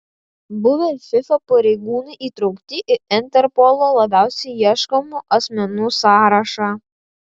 buvę fifa pareigūnai įtraukti į interpolo labiausiai ieškomų asmenų sąrašą